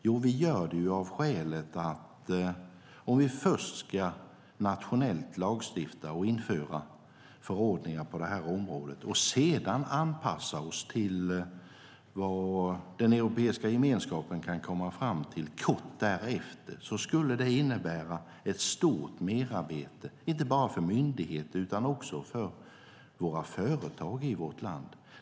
Jo, vi gör det därför att det om vi först nationellt ska lagstifta och införa förordningar på området och sedan anpassa oss till vad Europeiska gemenskapen kommer fram till kort därefter kan innebära ett stort merarbete för myndigheter och företag i vårt land.